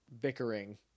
bickering